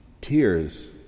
tears